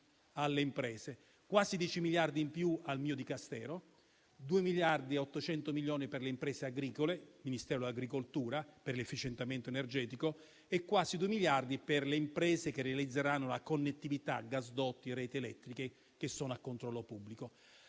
alle imprese, quasi 10 miliardi in più al mio Dicastero, 2,8 miliardi per le imprese agricole (Ministero dell'agricoltura) per l'efficientamento energetico e quasi due miliardi per le imprese che realizzeranno la connettività (gasdotti e reti elettriche) che sono a controllo pubblico.